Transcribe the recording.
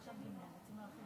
אדוני היושב-ראש,